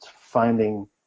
finding